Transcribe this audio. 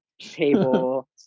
table